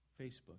Facebook